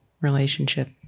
relationship